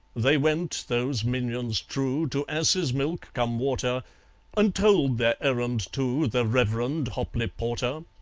they went, those minions true, to assesmilk-cum-worter, and told their errand to the reverend hopley porter.